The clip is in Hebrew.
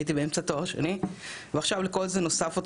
הייתי באמצע תואר שני ועכשיו לכל זה נוסף עוד